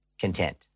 content